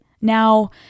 Now